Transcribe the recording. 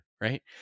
right